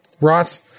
ross